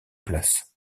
place